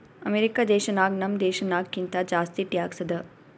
America ದೇಶನಾಗ್ ನಮ್ ದೇಶನಾಗ್ ಕಿಂತಾ ಜಾಸ್ತಿ ಟ್ಯಾಕ್ಸ್ ಅದಾ